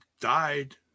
died